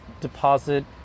deposit